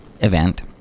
event